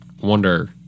wonder